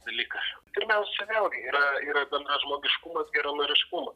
dalykas pirmiausia vėlgi yra yra bendražmogiškumas geranoriškumas